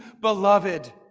beloved